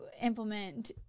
implement